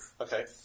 Okay